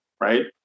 right